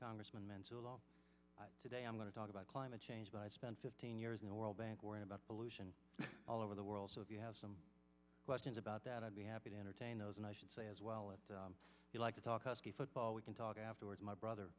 congressman manzullo today i'm going to talk about climate change but i spent fifteen years in the world bank where about pollution all over the world so if you have some questions about that i'd be happy to entertain those and i should say as well if you like to talk us the football we can talk afterwards my brother